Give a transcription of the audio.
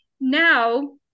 Now